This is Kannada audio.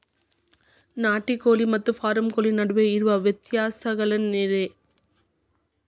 ನಾಟಿ ಕೋಳಿ ಮತ್ತ ಫಾರಂ ಕೋಳಿ ನಡುವೆ ಇರೋ ವ್ಯತ್ಯಾಸಗಳೇನರೇ?